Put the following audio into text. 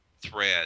thread